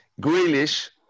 Grealish